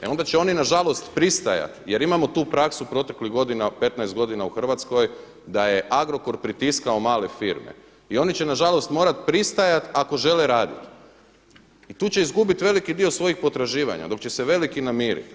E onda će oni nažalost pristajat jer imamo tu praksu proteklih godina, a 15 godina u Hrvatskoj da je Agrokor pritiskao male firme i oni će nažalost morat pristajat ako žele raditi i tu će izgubiti veliki dio svojih potraživanja dok će se veliki namiriti.